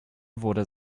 wurde